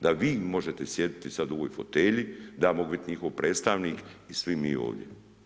Da vi možete sjediti sad u ovoj fotelji, da ja mogu biti njihov predstavnik i svi mi ovdje.